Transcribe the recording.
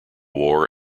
war